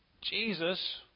Jesus